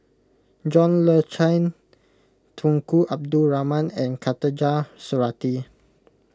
John Le Cain Tunku Abdul Rahman and Khatijah Surattee